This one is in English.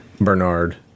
Bernard